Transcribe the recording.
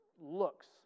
looks